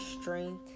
strength